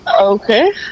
Okay